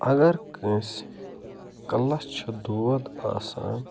اگر کٲنٛسہِ کَلس چھُ دود آسان